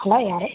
hello யார்